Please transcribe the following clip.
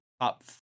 top